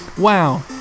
Wow